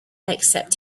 except